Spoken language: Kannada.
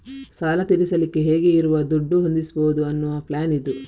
ಸಾಲ ತೀರಿಸಲಿಕ್ಕೆ ಹೇಗೆ ಇರುವ ದುಡ್ಡು ಹೊಂದಿಸ್ಬಹುದು ಅನ್ನುವ ಪ್ಲಾನ್ ಇದು